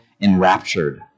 enraptured